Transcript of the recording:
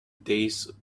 days